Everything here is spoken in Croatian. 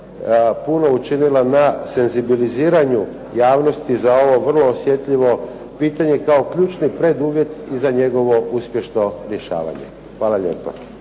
puno učinila na senzibiliziranju javnosti za ovo vrlo osjetljivo pitanje kao ključni preduvjet i za njegovo uspješno rješavanje. Hvala lijepa.